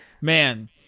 Man